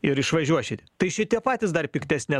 ir išvažiuos šitie tai šitie patys dar piktesni